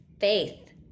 Faith